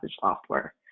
software